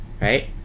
right